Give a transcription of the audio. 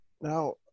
Now